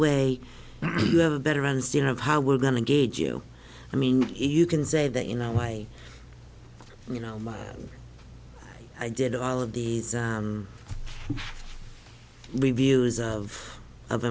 way you have a better understanding of how we're going to gauge you i mean you can say that you know why you know i did all of these reviews of of